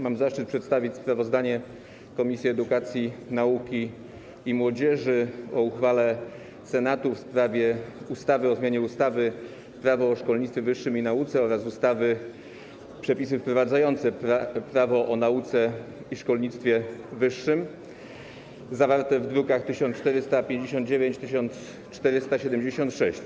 Mam zaszczyt przedstawić sprawozdanie Komisji Edukacji, Nauki i Młodzieży o uchwale Senatu w sprawie ustawy o zmianie ustawy - Prawo o szkolnictwie wyższym i nauce oraz ustawy - Przepisy wprowadzające ustawę - Prawo o szkolnictwie wyższym i nauce zawarte w drukach nr 1459 i 1476.